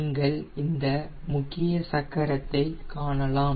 நீங்கள் இந்த முக்கிய சக்கரத்தை காணலாம்